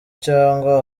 cyangwa